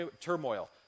turmoil